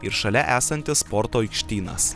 ir šalia esantis sporto aikštynas